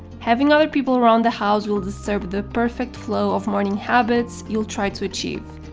having other people around the house will disturb the perfect flow of morning habits you'll try to achieve